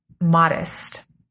modest